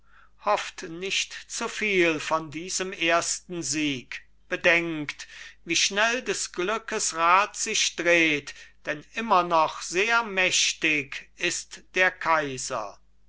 hofft nicht zu viel von diesem ersten sieg bedenkt wie schnell des glückes rad sich dreht denn immer noch sehr mächtig ist der kaiser